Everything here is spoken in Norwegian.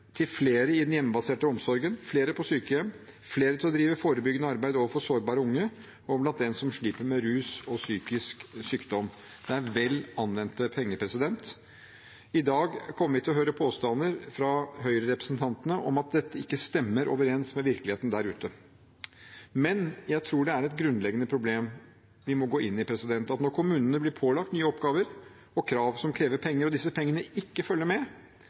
til flere i den hjemmebaserte omsorgen, flere på sykehjem og å ha flere til å drive forebyggende arbeid overfor sårbare unge og dem som sliter med rus og psykisk sykdom. Det er vel anvendte penger. I dag kommer vi til å høre påstander fra Høyre-representantene om at dette ikke stemmer overens med virkeligheten der ute. Men jeg tror det er et grunnleggende problem vi må gå inn i, at når kommunene blir pålagt nye oppgaver og krav som krever penger, og disse pengene ikke følger med,